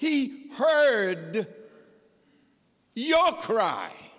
he heard your cry